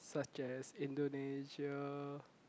such as Indonesia